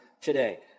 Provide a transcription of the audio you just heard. today